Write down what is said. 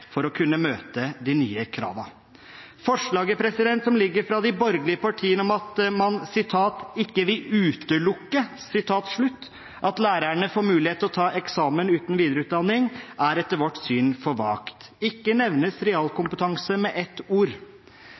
for å kunne møte de nye kravene. Forslaget som ligger her fra de borgerlige partiene om at man ikke vil utelukke at lærerne får mulighet til å ta eksamen uten videreutdanning, er etter vårt syn for vagt – ikke med ett ord